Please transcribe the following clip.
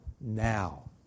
now